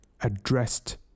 addressed